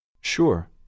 Sure